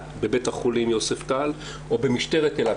בבית החולים יוספטל או במשטרת אילת,